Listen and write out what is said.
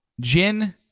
Jin